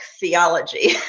Theology